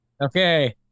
Okay